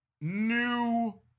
new